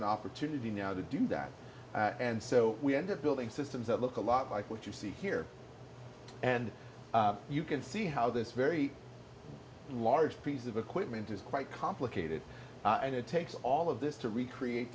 an opportunity now to do that and so we end up building systems that look a lot like what you see here and you can see how this very the large piece of equipment is quite complicated and it takes all of this to recreate